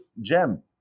gem